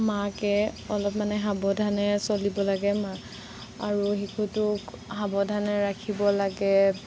মাকে অলপ মানে সাৱধানে চলিব লাগে মাক আৰু শিশুটোক সাৱধানে ৰাখিব লাগে